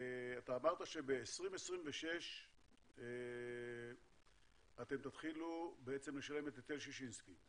אתה אמרת שב-2026 אתם תתחילו לשלם את היטל ששינסקי.